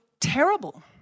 terrible